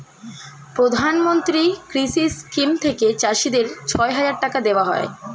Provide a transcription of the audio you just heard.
প্রধানমন্ত্রী কৃষি স্কিম থেকে চাষীদের ছয় হাজার টাকা দেওয়া হয়